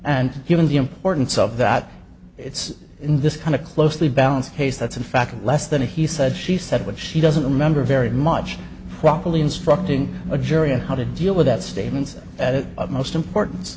and given the importance of that it's in this kind of closely balanced case that's in fact less than a he said she said what she doesn't remember very much properly instructing a jury and how to deal with that statement of most importan